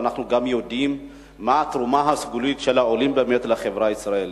ואנחנו גם יודעים מה התרומה הסגולית של העולים לחברה הישראלית.